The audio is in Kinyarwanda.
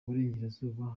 burengerazuba